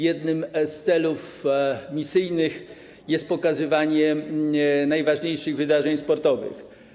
Jednym z celów misyjnych jest pokazywanie najważniejszych wydarzeń sportowych.